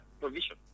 provision